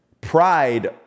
pride